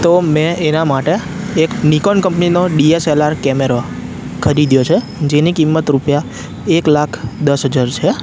તો મેં એના માટે એક નિકોન કંપનીનો ડીએસએલઆર કેમેરા ખરીદ્યો છે જેની કિંમત રૂપીયા એક લાખ દસ હજાર છે